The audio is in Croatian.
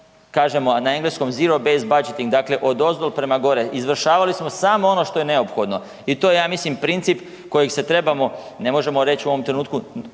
kažemo na engleskom zero baset budgeting dakle odozdol prema gore, izvršavali smo samo ono što je neophodno i to je ja mislim princip kojeg se trebamo, možemo reći u ovom trenutku